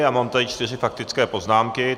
A mám tady čtyři faktické poznámky.